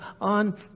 on